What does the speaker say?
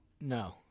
no